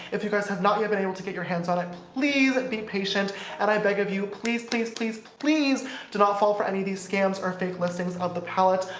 if you guys have not yet been able to get your hands on it please be patient and i beg of you please please please please do not fall for any of these scams or fake listings of the palette.